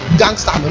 gangster